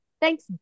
Thanks